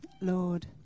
Lord